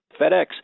FedEx